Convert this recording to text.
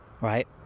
Right